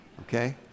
Okay